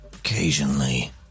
Occasionally